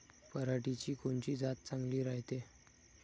पऱ्हाटीची कोनची जात चांगली रायते?